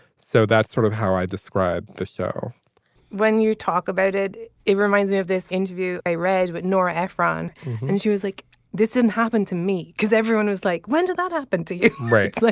so that's sort of how i describe the show when you talk about it it reminds me of this interview i read with nora ephron and she was like this didn't happen to me because everyone was like when did that happen to you. it's like